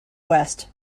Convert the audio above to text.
west